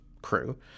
crew